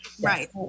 Right